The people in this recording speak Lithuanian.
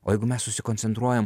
o jeigu mes susikoncentruojam